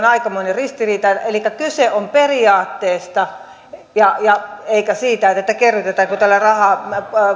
aikamoinen ristiriita elikkä kyse on periaatteesta eikä siitä kerrytetäänkö tällä rahaa